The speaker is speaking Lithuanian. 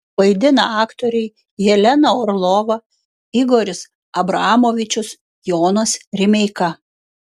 vaidina aktoriai jelena orlova igoris abramovičius jonas rimeika